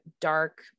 dark